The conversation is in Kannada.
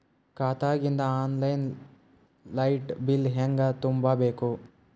ಖಾತಾದಾಗಿಂದ ಆನ್ ಲೈನ್ ಲೈಟ್ ಬಿಲ್ ಹೇಂಗ ತುಂಬಾ ಬೇಕು?